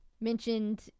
mentioned